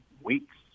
weeks